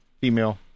female